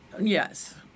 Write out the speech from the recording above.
Yes